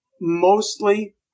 mostly